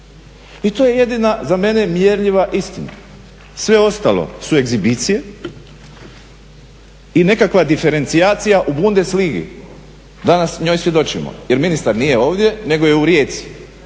I to je jedina za mene mjerljiva istina. Sve ostalo su egzibicije i nekakva diferencijacija u bundes ligi, danas njoj svjedočimo jer ministar nije ovdje nego je u Rijeci.